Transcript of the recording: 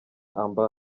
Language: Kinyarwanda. amb